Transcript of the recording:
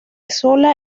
sola